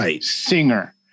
singer